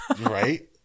Right